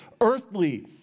Earthly